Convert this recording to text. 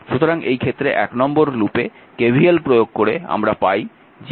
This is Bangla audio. সুতরাং এই ক্ষেত্রে 1 নম্বর লুপে KVL প্রয়োগ করে আমরা পাই যে 100 12i v0 0